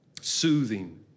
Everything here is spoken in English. soothing